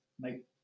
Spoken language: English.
make